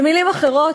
במילים אחרות,